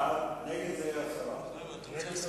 רגע,